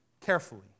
carefully